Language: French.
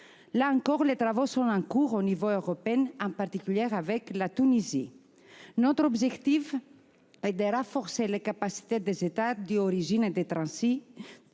Là encore, les travaux sont en cours à l'échelon européen, en particulier avec la Tunisie. Notre objectif est de renforcer les capacités des États d'origine et de transit